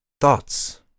thoughts